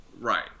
Right